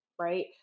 right